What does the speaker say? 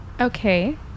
Okay